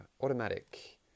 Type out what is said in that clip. Automatic